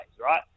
right